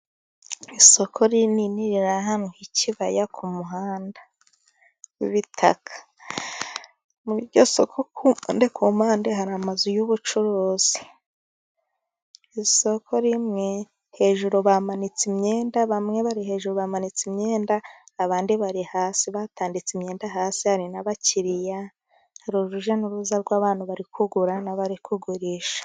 Isoko rinini riri ahantu h'ikibaya ku muhanda w'ibitaka, muri iryo soko ku mpande, hari amazu y'ubucuruzi. Isoko rimwe, hejuru bamanitse imyenda, bamwe bari hejuru, bamanitse imyenda, abandi bari hasi batanditse imyenda hasi, hari n'abakiriya, hari urujya n'uruza rw'abantu bari kugura n'abari kugurisha.